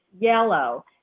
yellow